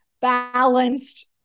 balanced